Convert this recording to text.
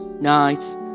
night